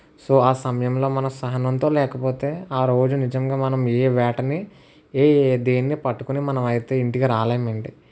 so ఆ సమయంలో మన సహనంతో లేకపోతే ఆరోజు నిజంగా మనం ఏ వేటని ఏ దేనిని పట్టుకుని మనమైతే ఇంటికి రాలేమండి